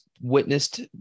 witnessed